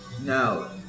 now